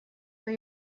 что